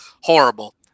Horrible